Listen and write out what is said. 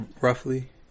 Roughly